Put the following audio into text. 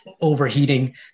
overheating